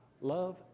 love